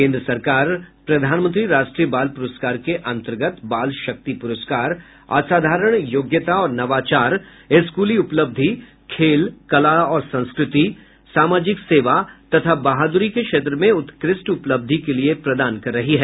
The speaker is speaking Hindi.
केन्द्र सरकार प्रधानमंत्री राष्ट्रीय बाल प्रस्कार के अंतर्गत बाल शक्ति पुरस्कार असाधारण योग्यता और नवाचार स्कूली उपलब्धि खेल कला और संस्कृति सामाजिक सेवा तथा बहादुरी के क्षेत्र में उत्कृष्ट उपलब्धि के लिए प्रदान कर रही है